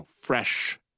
fresh